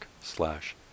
slash